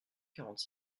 quarante